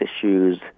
issues